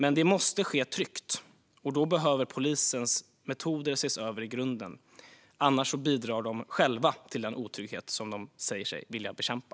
Men det måste ske tryggt, och då behöver polisens metoder ses över i grunden. Annars bidrar de själva till den otrygghet som de säger sig vilja bekämpa.